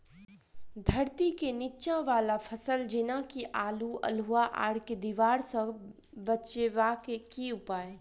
धरती केँ नीचा वला फसल जेना की आलु, अल्हुआ आर केँ दीवार सऽ बचेबाक की उपाय?